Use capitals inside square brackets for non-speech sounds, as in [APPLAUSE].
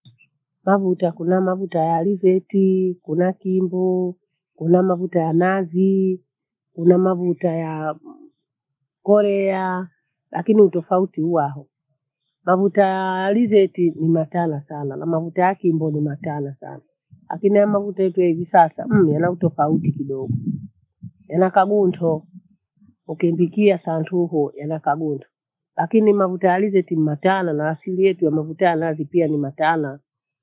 Mavuta kuna mavuta ya alizeti, kuna kimbo, kuna mafuta ya nazi, kuna mafuta ya [HESITATION] korea lakini utofauti uwaho. Mafuta ya alizeti ni matana sana na mafuata ya kimbo ni matana sana. Lakini haya mafuta yechwi hivi hivi sasa mmh! yana utofauti kidogo, yana kaghunto. Ukembikia santuhu yanakaghuntu, lakini mafuta ya alizeti ni matana na asili yetu ya mafuta ya nazi pia ni matana.